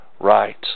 right